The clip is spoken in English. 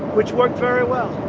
which worked very well.